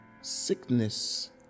sickness